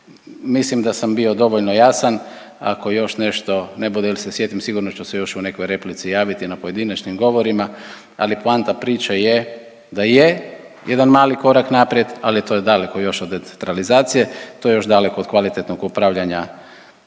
Mislim da sam bio dovoljno jasan, ako još nešto ne bude ili se sjetim, sigurno ću se još u nekoj replici javiti na pojedinačnim govorima, ali poanta priče je da je jedan mali korak naprijed, ali je to daleko još od decentralizacije, to je još daleko od kvalitetnog upravljanja